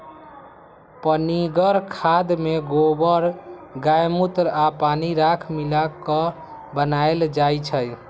पनीगर खाद में गोबर गायमुत्र आ पानी राख मिला क बनाएल जाइ छइ